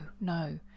no